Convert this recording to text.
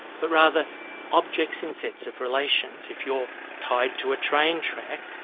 but rather objects in sets of relations. if you're tied to a train track,